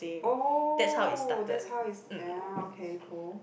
oh that's how it's ya okay cool